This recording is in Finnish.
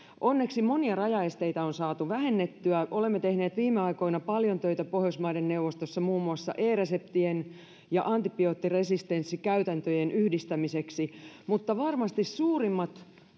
onneksi monia rajaesteitä on saatu vähennettyä olemme tehneet viime aikoina paljon töitä pohjoismaiden neuvostossa muun muassa e reseptien ja antibioottiresistenssikäytäntöjen yhdistämiseksi mutta varmasti suurimmat